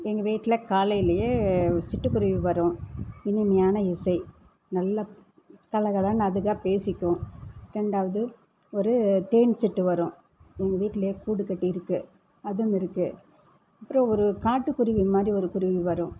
எங்கள் வீட்டில் காலையிலியே சிட்டுக்குருவி வரும் இனிமையான இசை நல்ல ஸ் கலகலன்னு அதுகளாக பேசிக்கும் ரெண்டாவது ஒரு தேன்சிட்டு வரும் எங்கள் வீட்டிலே கூடு கட்டி இருக்குது அதுவும் இருக்குது அப்புறம் ஒரு காட்டுக்குருவி மாதிரி ஒரு குருவி வரும்